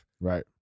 Right